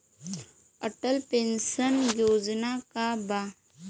Atal pension Yojana का बा?